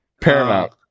Paramount